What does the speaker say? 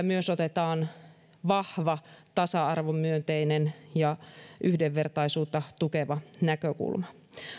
myös otetaan vahva tasa arvomyönteinen ja yhdenvertaisuutta tukeva näkökulma